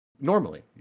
Normally